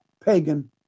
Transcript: pagan